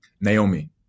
Naomi